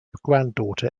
granddaughter